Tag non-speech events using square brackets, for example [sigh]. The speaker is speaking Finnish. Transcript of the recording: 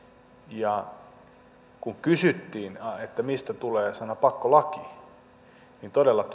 ja kun kysyttiin mistä tulee sana pakkolaki niin todella [unintelligible]